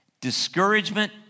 discouragement